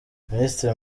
minisitiri